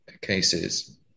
cases